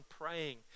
praying